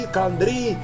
Kandri